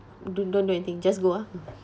don't don't do anything just go ah